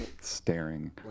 Staring